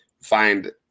find